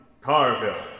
Carville